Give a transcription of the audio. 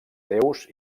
deus